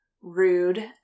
rude